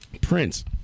Prince